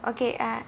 okay uh